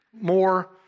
more